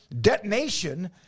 detonation